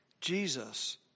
Jesus